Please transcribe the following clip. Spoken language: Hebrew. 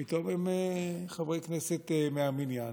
פתאום הם חברי כנסת מן המניין.